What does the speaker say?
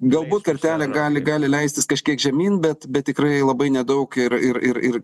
galbūt kartelė gali gali leistis kažkiek žemyn bet bet tikrai labai nedaug ir ir ir ir